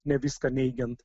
ne viską neigiant